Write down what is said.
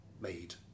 made